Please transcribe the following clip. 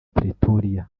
pretoria